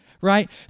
Right